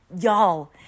Y'all